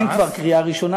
אין כבר קריאה ראשונה,